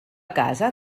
casa